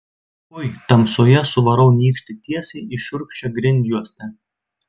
ui tamsoje suvarau nykštį tiesiai į šiurkščią grindjuostę